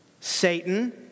Satan